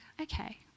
okay